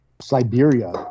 Siberia